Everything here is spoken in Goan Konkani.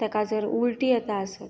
तेका जर उलटी येता आसत